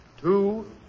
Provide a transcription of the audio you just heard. two